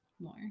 more